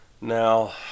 Now